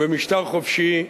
במשטר חופשי,